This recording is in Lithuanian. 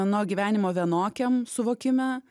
nuo gyvenimo vienokiam suvokime